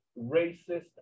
racist